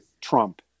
Trump